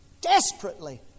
desperately